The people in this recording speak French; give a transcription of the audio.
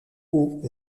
hauts